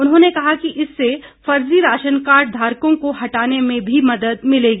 उन्होंने कहा कि इससे फर्जी राशन कार्ड धारकों को हटाने में भी मदद मिलेगी